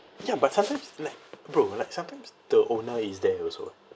ya but sometimes like bro like sometimes the owner is there also